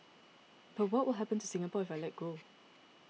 but what will happen to Singapore if I let go